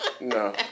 No